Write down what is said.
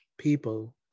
People